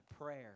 Prayer